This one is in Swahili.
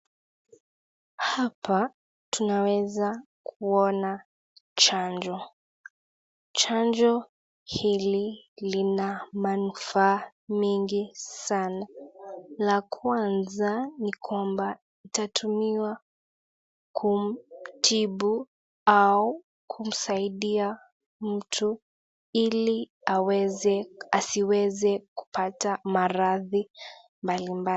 Hapa tunaweza kuona chanjo. Chanjo hili lina manufaa mengi sana. La kwanza ni kwamba itatumiwa kumtibu au kumsaidia mtu ili aweze, asiweze kupata maradhi mbalimbali.